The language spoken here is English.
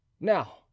Now